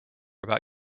about